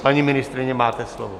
Paní ministryně, máte slovo.